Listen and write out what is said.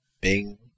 Bing